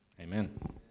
Amen